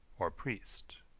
or priest.